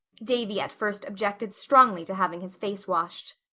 davy at first objected strongly to having his face washed.